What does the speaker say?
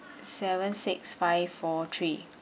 seven six five four three